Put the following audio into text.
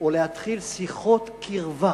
או להתחיל שיחות קרבה